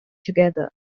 together